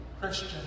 Christian